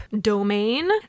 domain